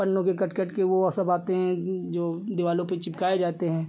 पन्नों के कट कटकर वह सब आते हैं जो दीवारों पर चिपकाए जाते हैं